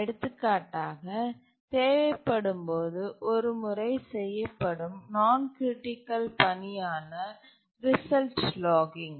எடுத்துக்காட்டாக தேவைப்படும் போது ஒரு முறை செய்யப்படும் நான் கிரிட்டிக்கல் பணி ஆன ரிசல்ட் லாகிங்